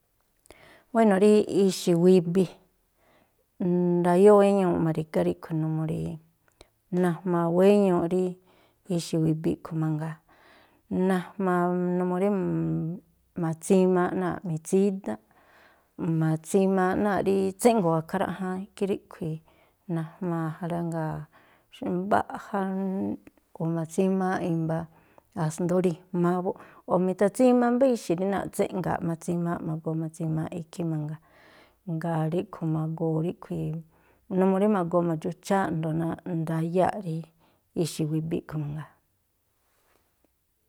Buéno̱, rí ixi̱ wibi, ndayóo̱ꞌ wéñuuꞌ ma̱ri̱gá ríꞌkhui̱ numuu najmaa wéñuuꞌ rí ixi̱ wibi a̱ꞌkhui̱ mangaa, najmaa numuu rí ma̱tsimaaꞌ náa̱ꞌ mitsídánꞌ, ma̱tsimaaꞌ náa̱ꞌ rí tséꞌngo̱o̱ ákhráꞌjáán, ikhí ríꞌkhui̱ najmaa ja rá. Mbaꞌja o̱ ma̱tsimaaꞌ i̱mba̱ a̱sndo̱o ri̱jma̱a buꞌ, o̱ mi̱tha̱tsima mbá ixi̱ rí náa̱ꞌ tséꞌnga̱a̱ꞌ ma̱tsimaaꞌ, ma̱goo ma̱tsimaaꞌ ikhí mangaa. Jngáa̱ ríꞌkhui̱ ma̱goo ríꞌkhui̱, numuu rí ma̱goo mi̱dxu̱ꞌchááꞌ a̱jndo̱o náa̱ꞌ ndayáa̱ꞌ rí ixi̱ wibi a̱ꞌkhui̱ mangaa.